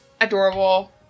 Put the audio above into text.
adorable